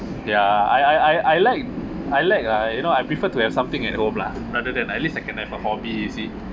ya I I I I like I like lah you know I prefer to have something at home lah rather than I live you see